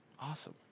Awesome